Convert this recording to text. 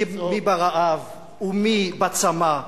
מי ברעב ומי בצמא.